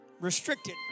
restricted